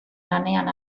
lanean